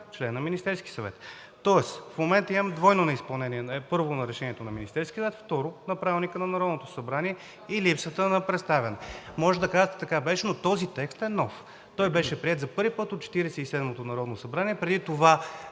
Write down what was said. член на Министерския съвет. Тоест в момента имаме двойно неизпълнение. Първо, на решението на Министерския съвет. Второ, на Правилника на Народното събрание и липсата на представяне. Може да кажете така: беше, но този текст е нов. Той беше приет за първи път от Четиридесет и седмото